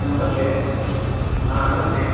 नमस्ते हा नमस्ते